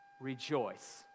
Rejoice